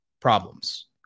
problems